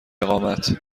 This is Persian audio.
اقامت